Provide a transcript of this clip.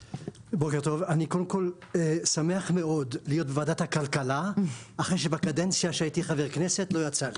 אני שמח להיות בוועדת הכלכלה אחרי שבקדנציה שהייתי חבר כנסת לא יצא לי.